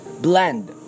blend